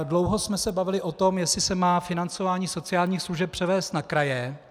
Dlouho jsme se bavili o tom, jestli se má financování sociálních služeb převést na kraje.